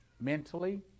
mentally